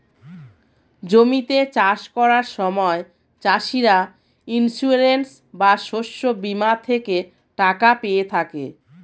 জমিতে চাষ করার সময় চাষিরা ইন্সিওরেন্স বা শস্য বীমা থেকে টাকা পেয়ে থাকে